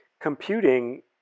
computing